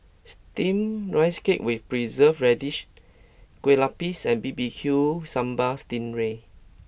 Steam Rice Cake with Preserved Radish Kueh Lapis and B B Q Sambal Sting Ray